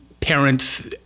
parents